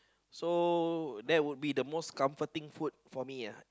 so that would be the most comforting food for me uh